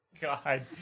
God